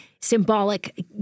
symbolic